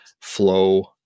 flow